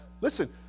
Listen